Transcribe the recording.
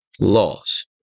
laws